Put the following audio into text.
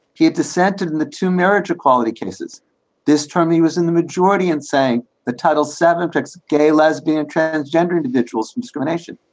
he had dissented in the two marriage equality cases this term. he was in the majority in saying the title seventy six gay, lesbian, transgender individuals and discrimination.